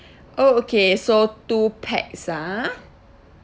oh okay so two pax ah